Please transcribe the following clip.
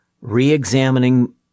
re-examining